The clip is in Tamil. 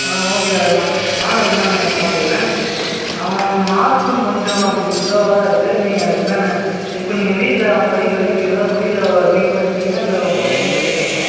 ஆ ஓகே அதை நான் நான் அதை என்னான்னு பார்த்துக்குறேன் அவன் மார்க்ஸும் கொஞ்சம் பிலோவாக தான் இருக்கு நீங்கள் அது என்னான்னு செக் பண்ணுங்கள் நீங்கள் வீட்டில் அவனை படிக்க வைக்கிறீங்களா இப்போ வீட்டில் நீங்கள் படிச்சிருக்கீங்களா இல்லை உங்கள் ஒய்ஃப்பும் படிச்சிருக்காங்களா